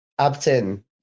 Abtin